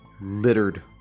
littered